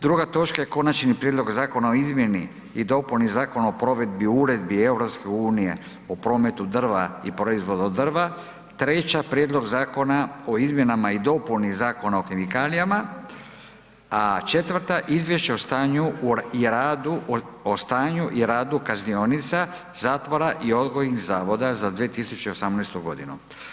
Druga točka je Konačni prijedlog zakona o izmjeni i dopuni Zakona o provedbi Uredbi EU o prometu drva i proizvodima od drva, 3. Prijedlog zakona o izmjenama i dopuni Zakona o kemikalijama, a 4. Izvješće o stanju i radu kaznionica, zatvora i odgojnih zavoda za 2018. godinu.